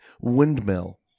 Windmill